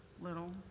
little